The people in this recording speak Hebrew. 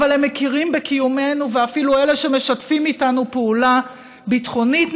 אבל הם מכירים בקיומנו ואפילו אלה שמשתפים איתנו פעולה ביטחונית,